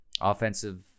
offensive